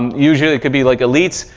usually it could be like elites.